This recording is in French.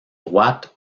droites